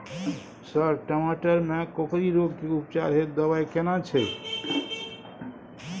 Sir टमाटर में कोकरि रोग के उपचार हेतु दवाई केना छैय?